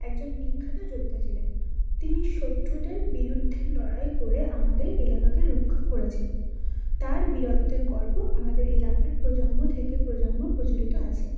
একজন বিখ্যাত যোদ্ধা ছিলেন তিনি শত্রুদের বিরুদ্ধে লড়াই করে আমাদের এলাকাকে রক্ষা করেছিলেন তার বীরত্বের গল্প আমাদের এলাকার প্রজন্ম থেকে প্রজন্ম প্রচলিত আছে